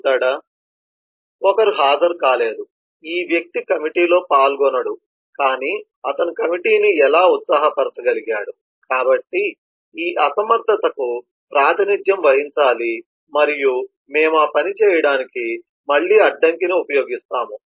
ఓకరు హాజరుకాలేదు ఈ వ్యక్తి కమిటీలో పాల్గొనడు కాని అతను కమిటీని ఎలా ఉత్సాహపరచగలిగాడు కాబట్టి ఈ అసమర్థతకు ప్రాతినిధ్యం వహించాలి మరియు మేము ఆ పని చేయడానికి మళ్ళీ అడ్డంకిని ఉపయోగిస్తాము